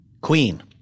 Queen